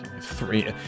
three